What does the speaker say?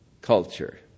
culture